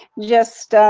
just,